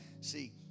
See